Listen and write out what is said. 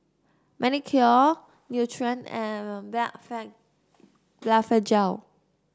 Manicare Nutren and Blephagel